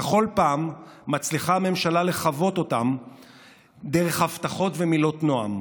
בכל פעם מצליחה הממשלה לכבות אותן דרך הבטחות ומילות נועם,